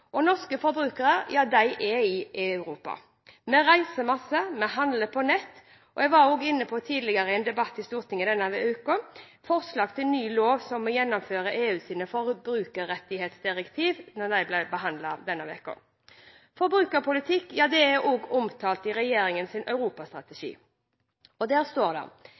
Og norske forbrukere er i Europa. Vi reiser mye, og vi handler på nettet, som jeg også var inne på i en debatt i Stortinget tidligere denne uken, da forslag til ny lov som gjennomfører EUs forbrukerrettighetsdirektiv, ble behandlet. Forbrukerpolitikk er også omtalt i regjeringens europastrategi. Der står det: